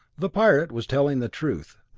the pirate was telling the truth.